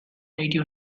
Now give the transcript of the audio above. radio